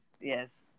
Yes